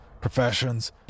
professions